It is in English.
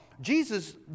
Jesus